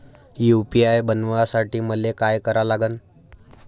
UPI बनवासाठी मले काय करा लागन?